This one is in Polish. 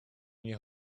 nie